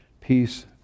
peace